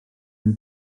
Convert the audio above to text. neu